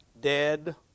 dead